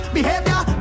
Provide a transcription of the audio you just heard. Behavior